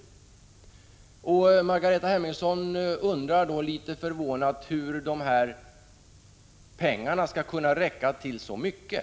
Margareta Hemmingsson undrade litet förvånad hur dessa pengar skall kunna räcka till så mycket.